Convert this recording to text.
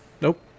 Nope